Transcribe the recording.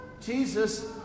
Jesus